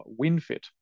WinFit